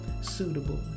suitable